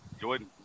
Jordan –